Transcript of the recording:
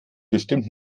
bestimmt